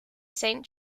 saint